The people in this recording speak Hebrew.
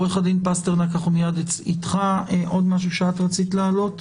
יש עוד משהו שרצית להעלות?